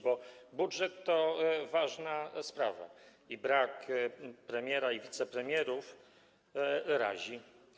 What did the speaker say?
Budżet to ważna sprawa, więc brak premiera i wicepremierów razi.